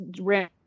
ran